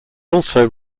also